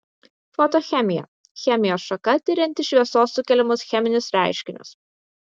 fotochemija chemijos šaka tirianti šviesos sukeliamus cheminius reiškinius